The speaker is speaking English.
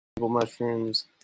mushrooms